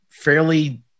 fairly